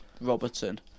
Robertson